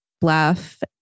bluff